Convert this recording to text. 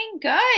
good